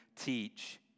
teach